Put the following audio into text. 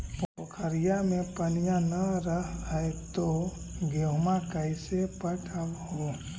पोखरिया मे पनिया न रह है तो गेहुमा कैसे पटअब हो?